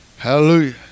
Hallelujah